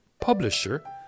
publisher